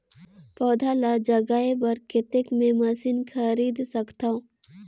पौधा ल जगाय बर कतेक मे मशीन खरीद सकथव?